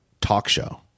talkshow